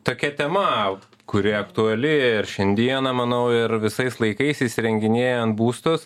tokia tema kuri aktuali ir šiandieną manau ir visais laikais įsirenginėjant būstus